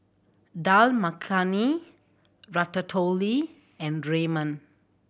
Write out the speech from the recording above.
Dal Makhani Ratatouille and Ramen